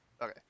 Okay